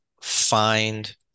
find